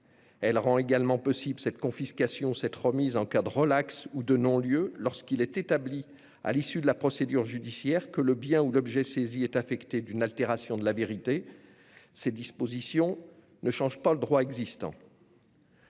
Elle rend également possible cette confiscation ou cette remise en cas de relaxe ou de non-lieu, lorsqu'il est établi, à l'issue de la procédure judiciaire, que le bien ou l'objet saisi est affecté d'une altération de la vérité. Ces dispositions ne changent pas le droit existant.